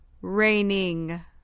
raining